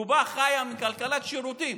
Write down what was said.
רובה חיה מכלכלת שירותים.